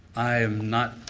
i'm not.